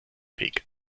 weg